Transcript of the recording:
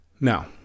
Now